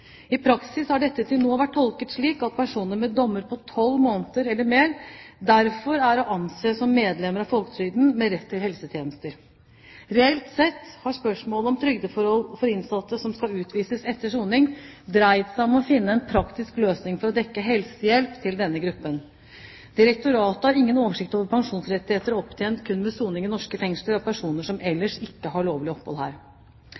I praksis har dette til nå vært tolket slik at personer med dommer på tolv måneder eller mer, derfor er å anse som medlemmer av folketrygden med rett til helsetjenester. Reelt sett har spørsmålet om trygdeforholdet for innsatte som skal utvises etter soning, dreid seg om å finne en praktisk løsning for å dekke helsehjelp til denne gruppen. Direktoratet har ingen oversikt over pensjonsrettigheter opptjent kun ved soning i norske fengsler av personer som ellers ikke har lovlig opphold her.